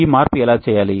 ఈ మార్పు ఎలా చేయాలి